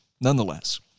Nonetheless